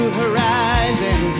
horizon